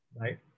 right